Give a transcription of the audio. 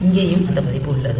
இங்கேயும் அந்த பதிப்பு உள்ளது